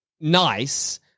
nice